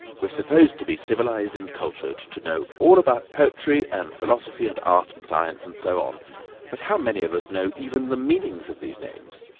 we're supposed to be civilized and cultured to know all about poetry and philosophy and art and science, and so on but how many of us know even the meanings of these names?